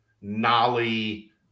Nolly